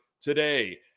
Today